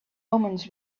omens